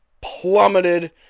plummeted